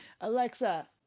Alexa